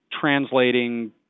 translating